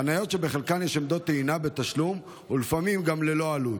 חניות שבחלקן יש עמדות טעינה בתשלום או לפעמים גם ללא עלות.